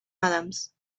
adams